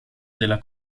della